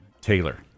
Taylor